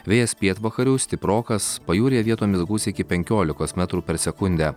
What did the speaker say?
vėjas pietvakarių stiprokas pajūryje vietomis gūsiai iki penkiolikos metrų per sekundę